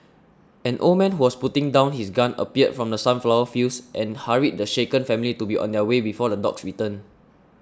an old man who was putting down his gun appeared from the sunflower fields and hurried the shaken family to be on their way before the dogs return